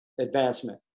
advancement